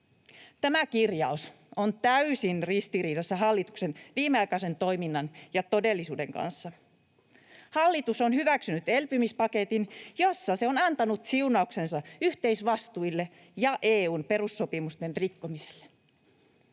Tämä kirjaus on täysin ristiriidassa hallituksen viimeaikaisen toiminnan ja todellisuuden kanssa. Hallitus on hyväksynyt elpymispaketin, jossa se on antanut siunauksensa yhteisvastuille ja EU:n perussopimusten rikkomiselle.